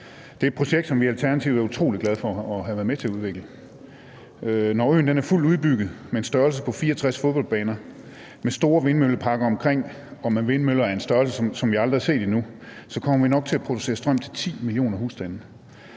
Det er et projekt, som vi i Alternativet er utrolig glade for at have været med til at udvikle. Når øen er fuldt udbygget med en størrelse på 64 fodboldbaner, med store vindmølleparker omkring og med vindmøller af en størrelse, som vi aldrig har set før, kommer vi nok til at producere strøm til 10 millioner husstande.